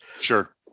sure